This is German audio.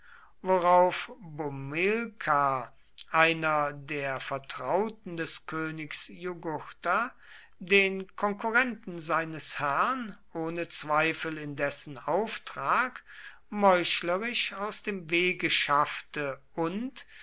worauf bomilkar einer der vertrauten des königs jugurtha den konkurrenten seines herrn ohne zweifel in dessen auftrag meuchlerisch aus dem wege schaffte und